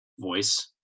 voice